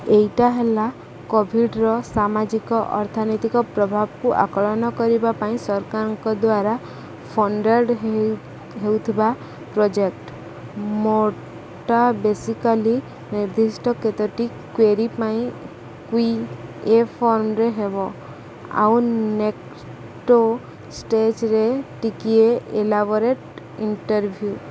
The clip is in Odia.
ଏଇଟା ହେଲା କୋଭିଡ଼୍ର ସାମାଜିକ ଅର୍ଥନୈତିକ ପ୍ରଭାବକୁ ଆକଳନ କରିବା ପାଇଁ ସରକାରଙ୍କ ଦ୍ୱାରା ଫଣ୍ଡେଡ଼୍ ହୋଇ ହେଉଥିବା ପ୍ରୋଜେକ୍ଟ ମୋଡ଼୍ଟା ବେସିକାଲି ନିର୍ଦ୍ଦିଷ୍ଟ କେତୋଟି କ୍ୱେରି ପାଇଁ କ୍ରି ଏ ଫର୍ମ୍ରେ ହେବ ଆଉ ନେକ୍ଷ୍ଟ ଷ୍ଟେଜ୍ରେ ଟିକିଏ ଏଲାବୋରେଟ୍ ଇଣ୍ଟର୍ଭ୍ୟୁ